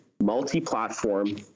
multi-platform